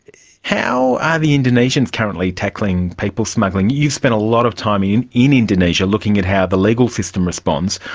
how are the indonesians currently tackling people smuggling? you've spent a lot of time in in indonesia looking at how the legal system responds.